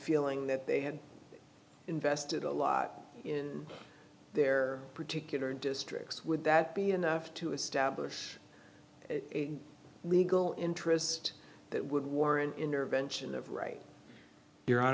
feeling that they had invested a lot in their particular districts would that be enough to establish a legal interest that would warrant intervention that right your hon